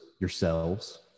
yourselves